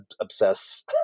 obsess